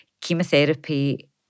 chemotherapy